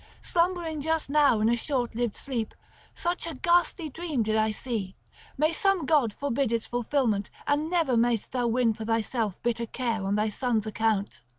slumbering just now in a short-lived sleep such a ghastly dream did i see may some god forbid its fulfilment and never mayst thou win for thyself bitter care on thy sons' account.